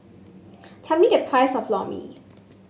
tell me the price of Lor Mee